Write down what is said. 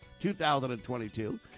2022